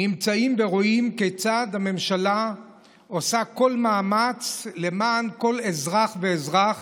נמצאים ורואים כיצד הממשלה עושה כל מאמץ למען כל אזרח ואזרח